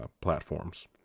platforms